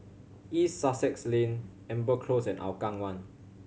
East Sussex Lane Amber Close and Hougang One